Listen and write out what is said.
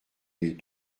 les